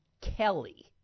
Kelly